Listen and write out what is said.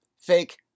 fake